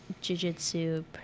jiu-jitsu